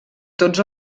tots